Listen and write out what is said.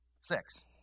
Six